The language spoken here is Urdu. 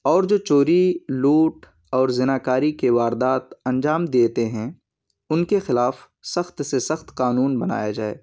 اور جو چوری لوٹ اور زناکاری کے واردات انجام دیتے ہیں ان کے خلاف سخت سے سخت قانون بنایا جائے